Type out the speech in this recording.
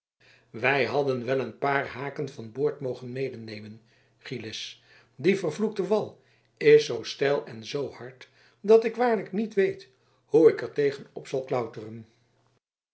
wij hadden wel een paar haken van boord mogen medenemen gillis die vervloekte wal is zoo steil en zoo hard dat ik waarlijk niet weet hoe ik er tegen op zal klauteren